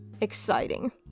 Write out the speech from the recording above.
exciting